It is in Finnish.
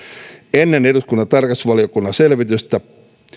ennen eduskunnan tarkastusvaliokunnan selvitystä